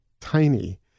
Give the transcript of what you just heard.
tiny